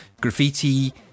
graffiti